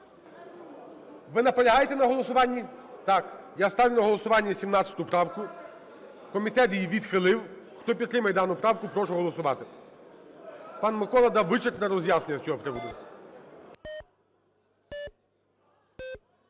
Ви наполягаєте на голосуванні? Так. Я ставлю на голосування 17 правку. Комітет її відхилив. Хто підтримує дану правку, прошу голосувати. Пан Микола дав вичерпне роз'яснення з цього приводу.